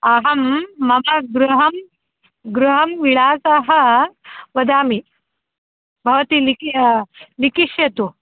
अहं मम गृहं गृहं विळसः वदामि भवती लिख लिखतु